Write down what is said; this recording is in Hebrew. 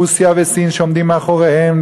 ורוסיה וסין שעומדות מאחוריהן,